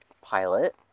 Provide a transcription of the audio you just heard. pilot